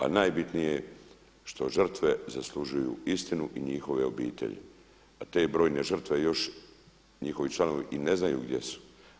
A najbitnije je što žrtve zaslužuju istinu i njihove obitelji, a te brojne žrtve još, njihovi članovi i ne znaju gdje su.